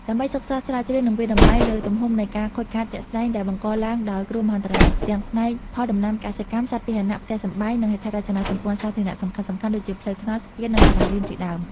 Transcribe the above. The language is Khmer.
ដើម្បីសិក្សាស្រាវជ្រាវ និងវាយតម្លៃលើទំហំនៃការខូចខាតជាក់ស្តែងដែលបង្កឡើងដោយគ្រោះមហន្តរាយ ទាំងផ្នែកផលដំណាំកសិកម្ម សត្វពាហណៈ ផ្ទះសម្បែង និងហេដ្ឋារចនាសម្ព័ន្ធសាធារណៈសំខាន់ៗដូចជាផ្លូវថ្នល់ ស្ពាន និងសាលារៀនជាដើម។